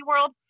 world